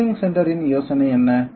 machining சென்டரின் யோசனை என்ன